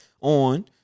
on